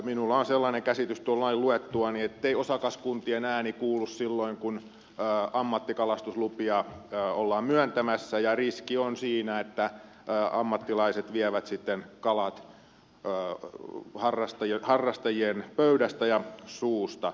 minulla on sellainen käsitys tuon lain luettuani ettei osakaskuntien ääni kuulu silloin kun ammattikalastuslupia ollaan myöntämässä ja riski on siinä että ammattilaiset vievät sitten kalat harrastajien pöydästä ja suusta